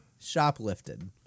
shoplifted